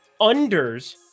unders